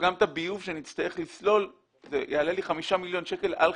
גם את הביוב שאני אצטרך לסלול זה יעלה לי 5 מיליון שקלים על חשבוני.